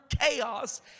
chaos